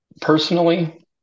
personally